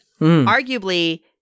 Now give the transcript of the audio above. Arguably